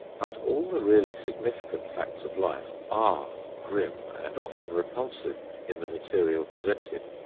but all the really significant facts of life are grim and often repulsive in the material presented.